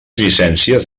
llicències